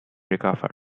recovered